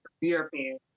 European